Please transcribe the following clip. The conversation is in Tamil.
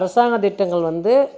அரசாங்க திட்டங்கள் வந்து